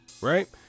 right